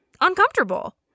uncomfortable